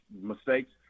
mistakes